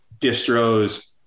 distros